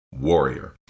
Warrior